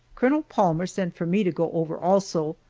colonel palmer sent for me to go over also,